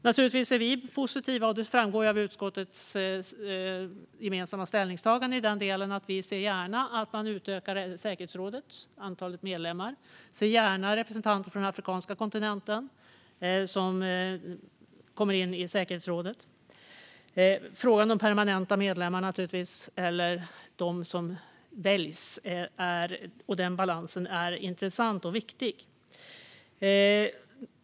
Naturligtvis är vi positiva, och det framgår av utskottets gemensamma ställningstagande att vi gärna ser att man utökar antalet medlemmar i säkerhetsrådet och att vi gärna ser representanter för den afrikanska kontinenten i säkerhetsrådet. Frågan om balansen mellan permanenta medlemmar och de medlemmar som väljs är intressant och viktig.